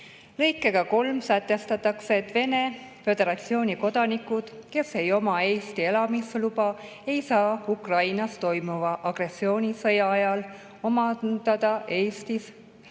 Lõikega 3 sätestatakse, et Vene Föderatsiooni kodanikud, kellel ei ole Eesti elamisluba, ei saa Ukrainas toimuva agressioonisõja ajal omandada Eesti